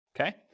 okay